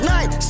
Night